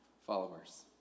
followers